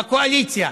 בקואליציה,